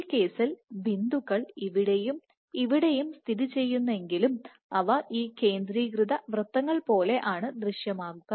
ഈ കേസിൽ ബിന്ദുക്കൾ ഇവിടെയും ഇവിടെയും സ്ഥിതി ചെയ്യുന്നതെങ്കിലും അവ ഈകേന്ദ്രീകൃത വൃത്തങ്ങൾപോലെ ആണ് ദൃശ്യമാകുക